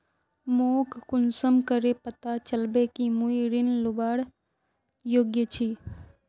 मोक कुंसम करे पता चलबे कि मुई ऋण लुबार योग्य छी?